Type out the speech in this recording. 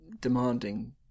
demanding